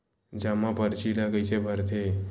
जमा परची ल कइसे भरथे?